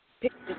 pictures